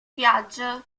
viaggio